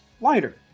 lighter